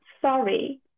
sorry